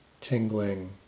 tingling